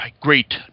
great